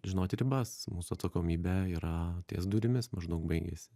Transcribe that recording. žinoti ribas mūsų atsakomybė yra ties durimis maždaug baigiasi